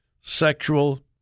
sexual